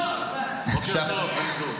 בוקר טוב, בן צור.